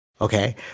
Okay